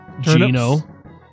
Gino